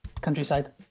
Countryside